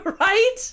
right